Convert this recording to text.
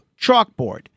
chalkboard